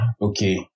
okay